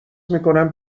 میکنم